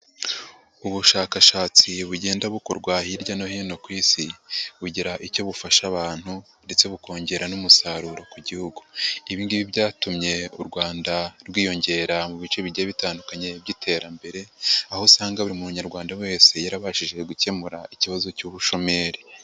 Ubushakashatsi bugenda bukorwa hirya no hino ku isi bugira icyo bufasha abantu ndetse bukongera n'umusaruro ku gihugu, ibi ngibi byatumye u Rwanda rwiyongera mu bice bijyiye bitandukanye by'iterambere aho usanga buri munyarwanda wese yarabashije gukemura ikibazo cy'ubushomeri.